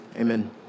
Amen